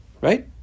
right